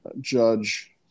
judge